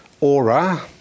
aura